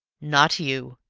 not you,